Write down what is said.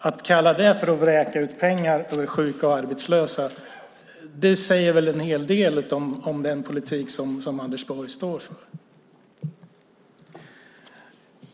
Om man kallar det att vräka ut pengar över sjuka och arbetslösa säger det en hel del om den politik som Anders Borg står för.